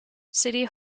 city